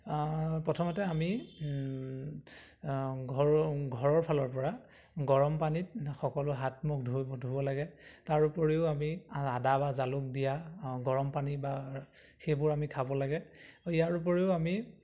প্ৰথমতে আমি ঘৰৰ ঘৰৰ ফালৰ পৰা গৰম পানীত সকলো হাত মুখ ধুই ধুব লাগে তাৰোপৰিও আমি আদা বা জালুক দিয়া গৰম পানী বা সেইবোৰ আমি খাব লাগে ইয়াৰ উপৰিও আমি